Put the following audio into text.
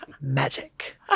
magic